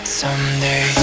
someday